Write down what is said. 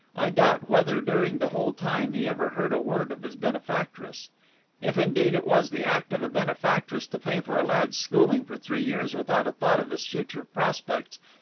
i doubt whether during the whole time he ever heard a word of his benefactress if indeed it was the act of a benefactress to pay for a lad's schooling for three years without a thought of his future prospects,